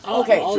okay